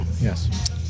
Yes